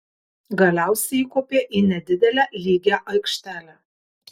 galiausiai įkopė į nedidelę lygią aikštelę